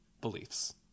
beliefs